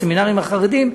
הסמינרים החרדיים,